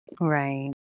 right